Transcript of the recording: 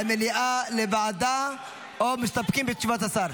למליאה, לוועדה או מסתפקים בתשובת השר?